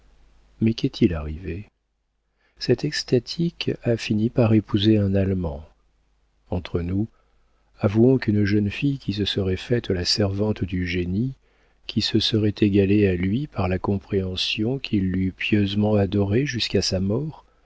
mais qu'est-il arrivé cette extatique a fini par épouser un allemand entre nous avouons qu'une jeune fille qui se serait faite la servante du génie qui se serait égalée à lui par la compréhension qui l'eût pieusement adoré jusqu'à sa mort